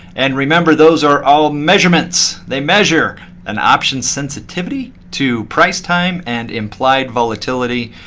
and remember, those are all measurements. they measure an option's sensitivity to price, time, and implied volatility.